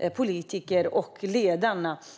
är politiker och ledare för HDP.